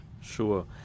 Sure